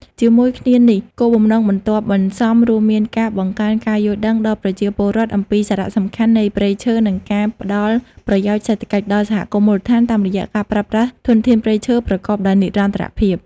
ជាមួយគ្នានេះ គោលបំណងបន្ទាប់បន្សំរួមមានការ បង្កើនការយល់ដឹង ដល់ប្រជាពលរដ្ឋអំពីសារៈសំខាន់នៃព្រៃឈើ និងការ ផ្ដល់ប្រយោជន៍សេដ្ឋកិច្ច ដល់សហគមន៍មូលដ្ឋានតាមរយៈការប្រើប្រាស់ធនធានព្រៃឈើប្រកបដោយនិរន្តរភាព។